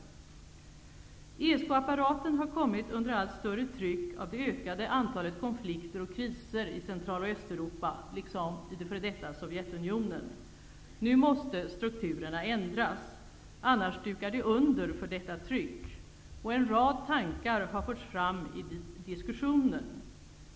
ESK-apparaten har kommit under allt större tryck av det ökande antalet konflikter och kriser i Sovjetunionen. Nu måste strukturerna ändras. Annars dukar de under för detta tryck, och en rad tankar har förts fram i diskussionen.